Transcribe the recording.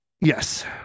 yes